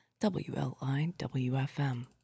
WLIWFM